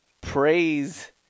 praise